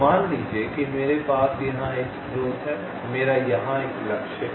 मान लीजिए कि मेरे पास यहाँ एक स्रोत है मेरा यहाँ एक लक्ष्य है